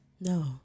No